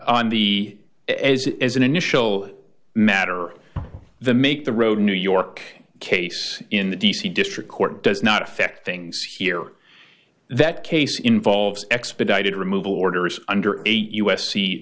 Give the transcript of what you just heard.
on the as as an initial matter the make the road new york case in the d c district court does not affect things here that case involves expedited removal orders under eight u